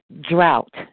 drought